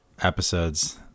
episodes